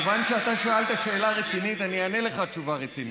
כיוון ששאלת שאלה רצינית, אענה לך תשובה רצינית.